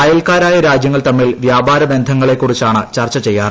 അയൽക്കാരായ രാജ്യങ്ങൾ തമ്മിൽ വ്യാപാരബന്ധങ്ങളെക്കുറിച്ചാണ് ചർച്ച ചെയ്യാറ്